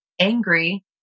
angry